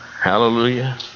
Hallelujah